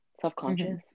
self-conscious